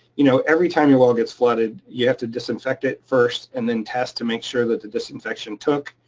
you know every time your well gets flooded, you have to disinfect it first and then test to make sure that the disinfection took.